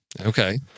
Okay